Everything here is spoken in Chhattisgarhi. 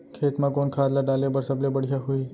खेत म कोन खाद ला डाले बर सबले बढ़िया होही?